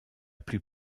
plus